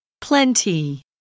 Plenty